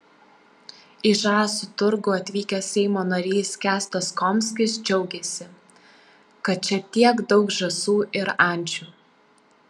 į žąsų turgų atvykęs seimo narys kęstas komskis džiaugėsi kad čia tiek daug žąsų ir ančių